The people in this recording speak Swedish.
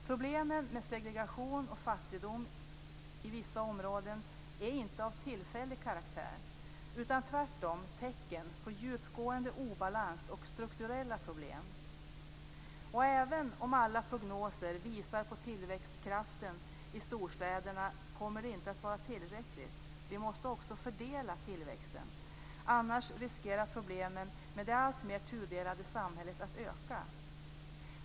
Problemen med segregation och fattigdom i vissa områden är inte av tillfällig karaktär utan tvärtom tecken på djupgående obalans och strukturella problem. Även om alla prognoser visar på tillväxtkraften i storstäderna kommer den inte att vara tillräcklig. Vi måste också fördela tillväxten. Annars riskerar problemen med det alltmer tudelade samhället att öka.